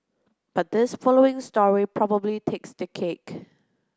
but this following story probably takes the cake